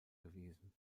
gewesen